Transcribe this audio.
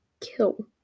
kill